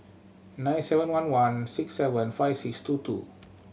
nine seven one one six seven five six two two